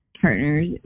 partners